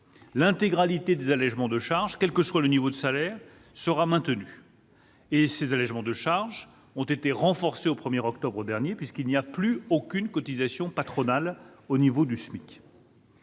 L'intégralité des allégements de charges, quel que soit le niveau de salaire, seront maintenus, sachant que ces allégements ont été renforcés au 1 octobre dernier, puisqu'il n'y a plus aucune cotisation patronale au niveau du SMIC.